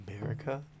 America